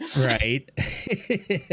right